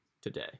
today